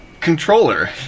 controller